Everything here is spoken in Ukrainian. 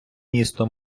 місто